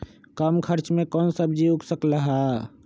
कम खर्च मे कौन सब्जी उग सकल ह?